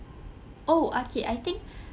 oh okay I think